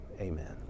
amen